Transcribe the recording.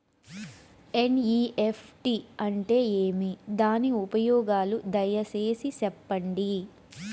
NEFT అంటే ఏమి? దాని ఉపయోగాలు దయసేసి సెప్పండి?